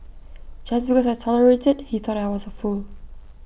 just because I tolerated he thought I was A fool